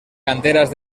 canteras